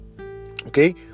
okay